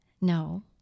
No